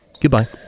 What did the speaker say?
Goodbye